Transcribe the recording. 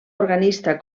organista